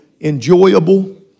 enjoyable